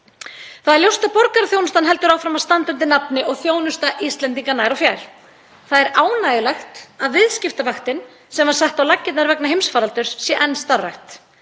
Það er ljóst að borgaraþjónustan heldur áfram að standa undir nafni og þjónusta Íslendinga nær og fjær. Það er ánægjulegt að viðskiptavaktin sem var sett á laggirnar vegna heimsfaraldurs sé enn starfrækt.